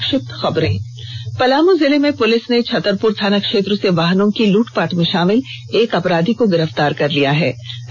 संक्षिप्त खबरें पलामू जिले में पुलिस ने छतरपुर थाना क्षेत्र से वाहनों की लूटपाट में शामिल एक अपराधी को गिरफ्तार कर जेल भेज दिया है